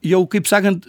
jau kaip sakant